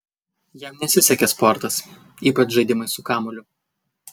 jam nesisekė sportas ypač žaidimai su kamuoliu